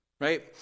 right